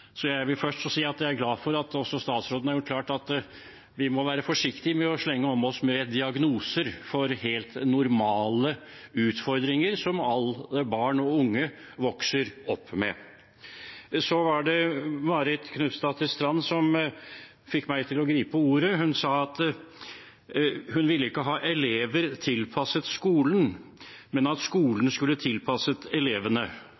Så jeg vil først få si at jeg er glad for at også statsråden har gjort det klart at vi må være forsiktige med å slenge om oss med diagnoser for helt normale utfordringer som alle barn og unge vokser opp med. Det var Marit Knutsdatter Strand som fikk meg til å gripe ordet. Hun sa at hun ikke ville ha «elever som er tilpasset skolen», men «en skole som er tilpasset elevene».